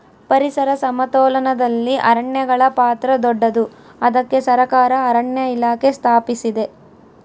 ಪರಿಸರ ಸಮತೋಲನದಲ್ಲಿ ಅರಣ್ಯಗಳ ಪಾತ್ರ ದೊಡ್ಡದು, ಅದಕ್ಕೆ ಸರಕಾರ ಅರಣ್ಯ ಇಲಾಖೆ ಸ್ಥಾಪಿಸಿದೆ